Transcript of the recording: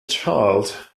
child